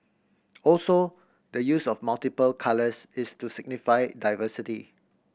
also the use of multiple colours is to signify diversity